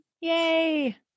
Yay